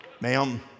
Ma'am